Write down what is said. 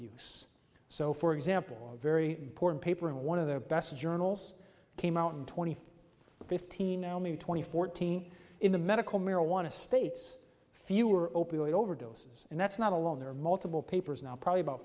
use so for example a very important paper in one of the best journals came out in twenty five fifteen now maybe twenty fourteen in the medical marijuana states fewer opioid overdoses and that's not alone there are multiple papers now probably about